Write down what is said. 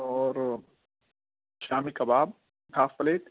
اور shami kebab half plate